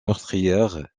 meurtrières